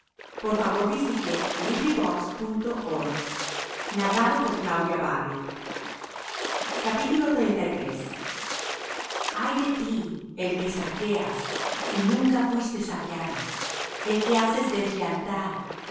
de buey y de asno ay de ti el que saqueas y nunca fuiste saqueado el que haces deslealtad